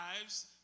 lives